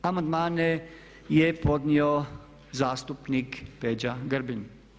Amandmane je podnio zastupnik Peđa Grbin.